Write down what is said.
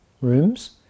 rooms